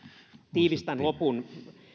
tiivistän lopun